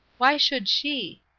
why should she?